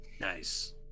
Nice